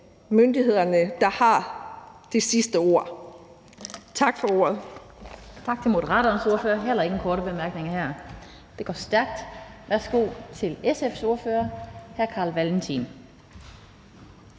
myndighederne, der har det sidste ord. Tak for ordet.